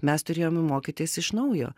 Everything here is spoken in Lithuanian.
mes turėjom mokytis iš naujo